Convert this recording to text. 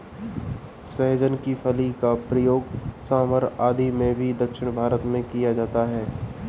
सहजन की फली का प्रयोग सांभर आदि में भी दक्षिण भारत में किया जाता है